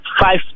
five